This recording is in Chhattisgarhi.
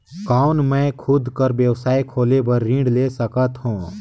कौन मैं खुद कर व्यवसाय खोले बर ऋण ले सकत हो?